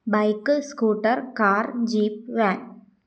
bike scooter car jeep van